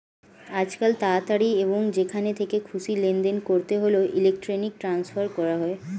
আজকাল তাড়াতাড়ি এবং যেখান থেকে খুশি লেনদেন করতে হলে ইলেক্ট্রনিক ট্রান্সফার করা হয়